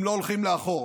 הם לא הולכים לאחור.